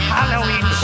Halloween